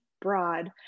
broad